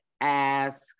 ask